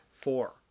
Four